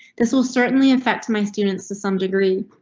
this will certainly affect my students to some degree,